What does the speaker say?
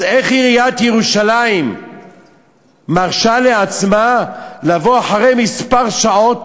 אז איך עיריית ירושלים מרשה לעצמה לבוא אחרי כמה שעות,